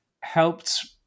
helped